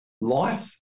life